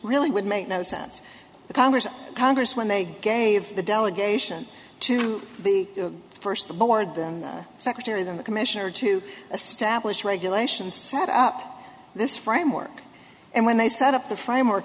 really would make no sense the congress congress when they gave the delegation to the first board them secretary then the commissioner to establish regulations set up this framework and when they set up the framework